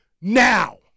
now